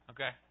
Okay